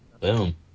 Boom